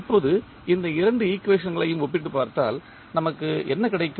இப்போது இந்த இரண்டு ஈக்குவேஷன்களையும் ஒப்பிட்டுப் பார்த்தால் நமக்கு என்ன கிடைக்கும்